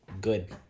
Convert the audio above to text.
good